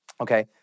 Okay